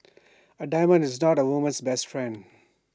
A diamond is not A woman's best friend